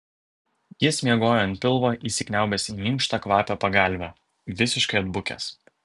jis miegojo ant pilvo įsikniaubęs į minkštą kvapią pagalvę visiškai atbukęs